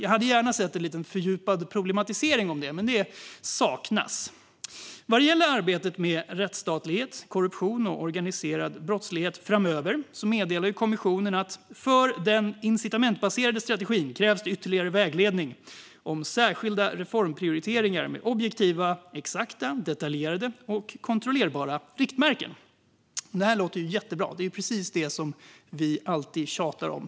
Jag hade gärna sett en fördjupad problematisering av det, men en sådan saknas. Vad gäller arbetet med rättsstatlighet, korruption och organiserad brottslighet framöver meddelar kommissionen att "för den incitamentbaserade strategin krävs det tydligare vägledning om särskilda reformprioriteringar, med objektiva, exakta, detaljerade och kontrollerbara riktmärken". Detta låter jättebra. Det är precis det här vi alltid tjatar om.